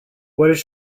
does